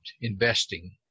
investing